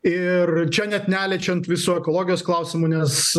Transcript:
ir čia net neliečiant visų ekologijos klausimų nes